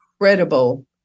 incredible